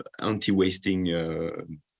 anti-wasting